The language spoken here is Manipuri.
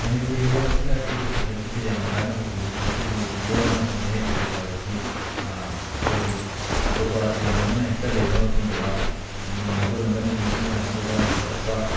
ꯃꯅꯤꯄꯨꯔꯤ ꯂꯣꯟ ꯑꯁꯤꯅ ꯑꯩꯈꯣꯏꯒꯤ ꯁꯨꯁꯥꯏꯇꯤꯗ ꯌꯥꯝꯅ ꯀꯥꯟꯅꯕ ꯄꯤ ꯃꯁꯤꯒꯤ ꯂꯣꯟ ꯑꯃꯁꯨꯡ ꯃꯌꯦꯛ ꯂꯩꯖꯕ ꯑꯁꯤ ꯑꯩꯈꯣꯏꯒꯤ ꯑꯇꯣꯞꯄ ꯂꯝ ꯑꯃꯅ ꯍꯦꯛꯇ ꯂꯩꯕ ꯐꯪꯗꯕ ꯃꯒꯨꯟ ꯑꯃꯅꯤ ꯃꯁꯤꯅ ꯑꯩꯈꯣꯏꯗ ꯆꯥꯎꯈꯠꯄ